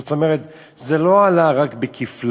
זאת אומרת, זה לא עלה רק בכפליים,